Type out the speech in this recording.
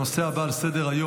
הנושא הבא על סדר-היום,